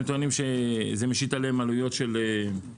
הם טוענים שזה משית עליהם עלויות של עובדים,